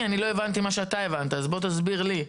בוא תסביר לי.